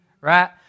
Right